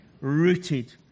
rooted